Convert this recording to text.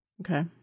Okay